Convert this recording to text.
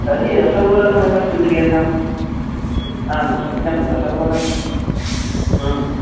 तर्हि रसगोलकमेव स्वीक्रियताम् आं सत्यं रसगोलकं ह्म्